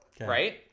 right